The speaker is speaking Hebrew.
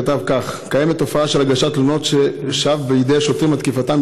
כתב כך: "קיימת תופעה של הגשת תלונות שווא בידי שוטרים על תקיפתם